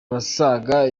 abasaga